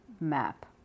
map